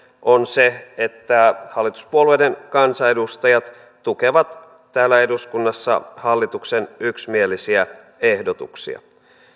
on se että hallituspuolueiden kansanedustajat tukevat täällä eduskunnassa hallituksen yksimielisiä ehdotuksia